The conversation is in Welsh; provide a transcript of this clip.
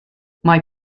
mai